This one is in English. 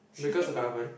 because of the oven